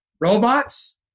Robots